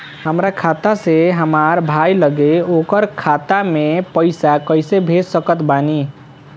हमार खाता से हमार भाई लगे ओकर खाता मे पईसा कईसे भेज सकत बानी?